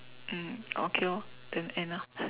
mm okay lor then end ah